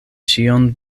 ĉion